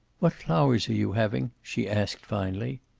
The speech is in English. what flowers are you having? she asked, finally.